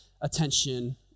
attention